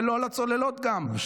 ולא על הצוללות גם.